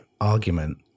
argument